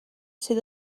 sydd